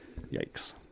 Yikes